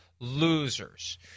losers